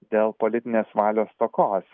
dėl politinės valios stokos